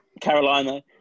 Carolina